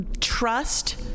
trust